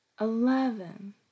eleven